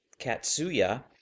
Katsuya